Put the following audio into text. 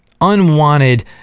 unwanted